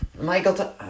Michael